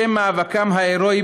בשם מאבקם ה"הירואי"